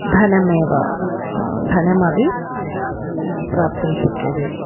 धनमेव धनमपि प्राप्तुं शक्यते